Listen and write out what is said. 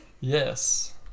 Yes